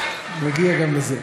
נגיע גם לזה.